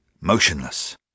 motionless